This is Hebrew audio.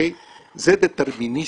זה דטרמיניסטי,